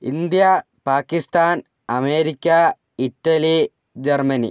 India Pakistan America Italy Germany